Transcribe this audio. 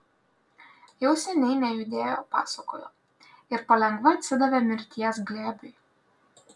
jau seniai nejudėjo pasakojo ir palengva atsidavė mirties glėbiui